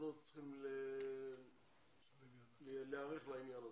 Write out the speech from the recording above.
והסוכנות צריכים להיערך לעניין הזה,